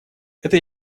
это